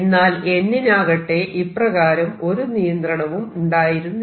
എന്നാൽ n നാകട്ടെ ഇപ്രകാരം ഒരു നിയന്ത്രണവും ഉണ്ടായിരുന്നില്ല